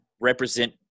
represent